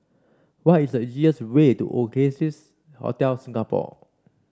what is the easiest way to Oasia Hotel Singapore